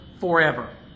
forever